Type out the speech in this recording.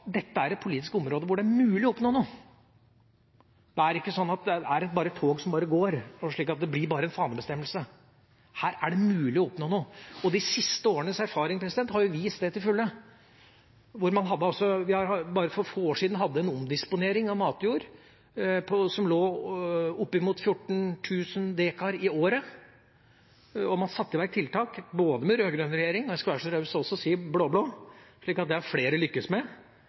det er et tog som bare går, slik at det blir bare en fanebestemmelse; her er det mulig å oppnå noe, og de siste årenes erfaring har vist det til fulle. Bare for få år siden hadde man en omdisponering av matjord som lå oppimot 14 000 dekar i året, og man satte i verk tiltak – både med rød-grønn regjering, og jeg skal være så raus å si også med blå-blå, så dette har flere lyktes med – og så har man klart å halvere omdisponeringen ned til vel 6 000 dekar i år. Det er bra, men det viser at det er